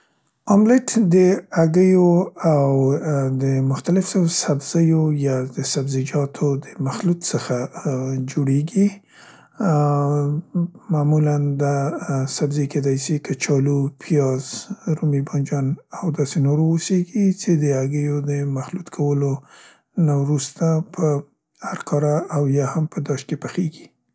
املټ د هګیو ااو د مختلفو سبزیو یا د سبزیجاتو د مخلوط څخه، ا، جوړیګي، ا، ام، معمولاً دا سبزي کیدای سي کچالو پیازه، رومي بانجان او داسې نور واوسيګي څې د هګیو د مخلوط کولو نه وروسته په هرکاره او یا هم په داش کې پخیګي.